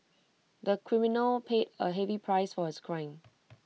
the criminal paid A heavy price for his crime